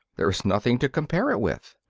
there is nothing to compare it with.